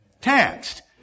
taxed